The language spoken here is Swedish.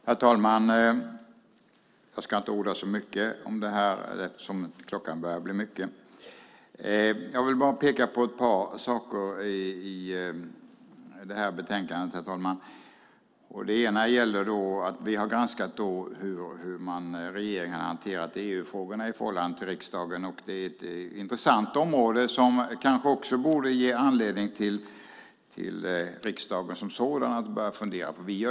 Herr talman! Jag ska inte orda så mycket om det här eftersom klockan börjar bli mycket. Jag vill bara peka på ett par saker i betänkandet. Det ena är att vi har granskat hur regeringen har hanterat EU-frågorna i förhållande friksdagen. Det är ett intressant område som kanske borde ge anledning för riksdagen som sådan att börja fundera på frågan.